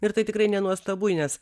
ir tai tikrai nenuostabu nes